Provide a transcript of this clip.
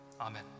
amen